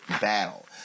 battle